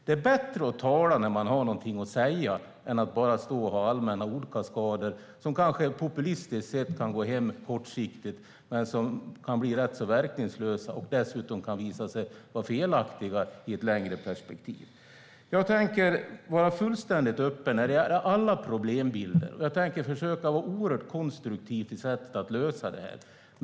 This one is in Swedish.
Det är bättre att tala när man har något att säga än att bara stå och ha allmänna ordkaskader som kanske populistiskt sett kan gå hem kortsiktigt men som kan bli rätt verkningslösa och dessutom kan visa sig vara felaktiga i ett längre perspektiv. Jag tänker vara fullständigt öppen när det gäller alla problembilder, och jag tänker försöka vara oerhört konstruktiv i fråga om sättet att lösa detta.